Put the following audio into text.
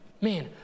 Man